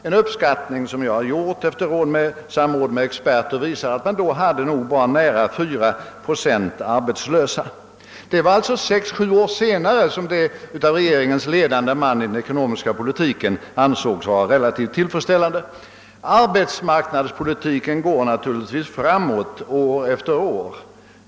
Den uppskattning som jag har gjort efter samråd med experter visar att vi då hade nära 4 procent arbetslösa. Detta var alltså sex å sju år se nare än min skrift och då ansåg regeringens ledande man i den ekonomiska politiken att situationen var relativt tillfredsställande. Arbetsmarknadspolitiken går naturligtvis framåt år efter år.